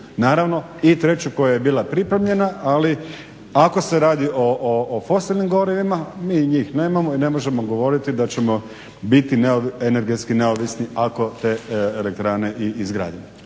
naravno i treću koja je bila pripremljena. Ali ako se radi o fosilnim gorivima, mi njih nemamo i ne možemo govoriti da ćemo biti energetski neovisni ako te elektrane i izgradimo.